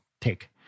take